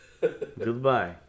Goodbye